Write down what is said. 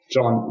John